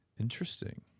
Interesting